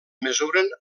mesuren